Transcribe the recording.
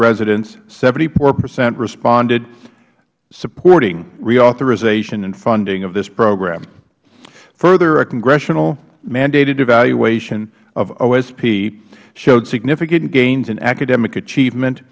residents seventy four percent responded supporting reauthorization and funding of this program further a congressional mandated evaluation of osp showed significant gains in academic achievement